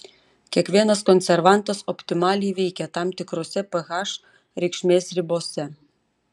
kiekvienas konservantas optimaliai veikia tam tikrose ph reikšmės ribose